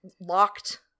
locked